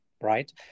right